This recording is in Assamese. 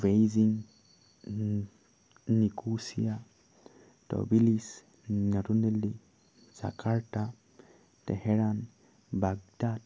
বেইজিং নিকোছিয়া তবিলিছ নতুন দিল্লী জাকাৰ্তা তেহেৰাণ বাগদাদ